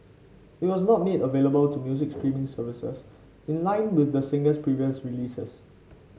it was not made available to music streaming services in line with the singer's previous releases